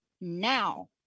now